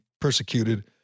persecuted